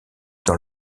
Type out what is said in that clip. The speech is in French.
dans